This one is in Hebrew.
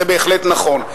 זה בהחלט נכון,